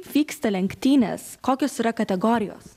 vyksta lenktynės kokios yra kategorijos